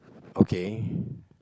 okay